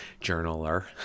journaler